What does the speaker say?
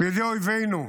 לידי אויבינו.